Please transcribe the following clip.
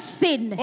sin